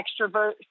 extrovert